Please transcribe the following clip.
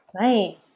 Right